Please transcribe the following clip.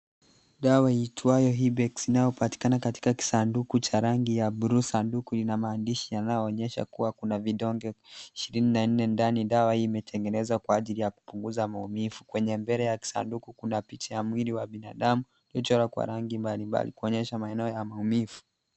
Dawa iitwayo Ibex inayopatikana katika kisanduku cha rangi ya buluu. Sanduku lina maandishi yanayoonyesha kuwa kuna vidonge ishirini na nne ndani. Dawa imetengenezwa kwa ajili ya kupunguza maumivu. Kwenye mbele ya kisanduku kuna picha ya mwili wa binadamu imechorwa kwa rangi mbalimbali, kuonyesha maeneo ya maumivu.